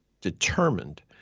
determined